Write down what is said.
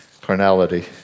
carnality